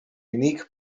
unique